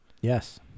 Yes